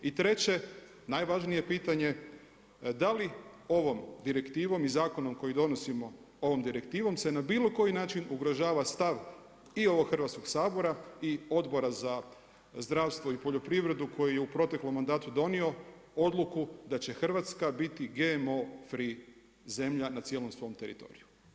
I treće, najvažnije pitanje, da li ovom direktivom i zakonom koji donosimo ovom direktivom se na bilo koji način ugrožava stav i ovog Hrvatskog sabora i Odbora za zdravstvo i poljoprivredu koji je u proteklom mandatu donio odluku da će Hrvatska biti GMO free zemlja na cijelom svom teritoriju?